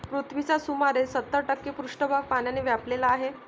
पृथ्वीचा सुमारे सत्तर टक्के पृष्ठभाग पाण्याने व्यापलेला आहे